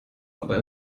aber